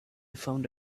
found